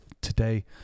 today